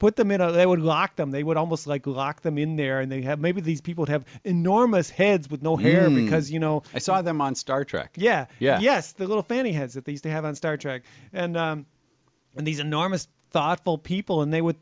put them in a they would lock them they would almost like lock them in there and they have maybe these people have enormous heads with no hear me because you know i saw them on star trek yeah yeah yes the little fanny has that these they have on star trek and these enormous thoughtful people and they would